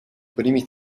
primi